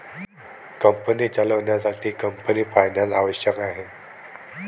company चालवण्यासाठी company finance आवश्यक आहे